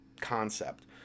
concept